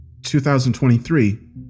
2023